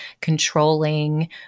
controlling